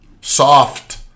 soft